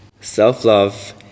Self-love